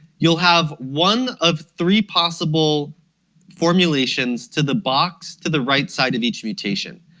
you'll have one of three possible formulations to the box to the right side of each mutation.